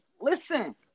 listen